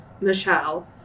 Michelle